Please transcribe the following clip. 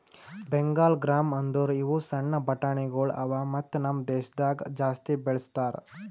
Bengal gram ಅಂದುರ್ ಇವು ಸಣ್ಣ ಬಟಾಣಿಗೊಳ್ ಅವಾ ಮತ್ತ ನಮ್ ದೇಶದಾಗ್ ಜಾಸ್ತಿ ಬಳ್ಸತಾರ್